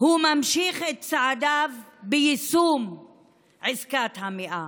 ממשיך את צעדיו ביישום עסקת המאה,